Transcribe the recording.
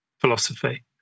philosophy